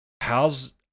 How's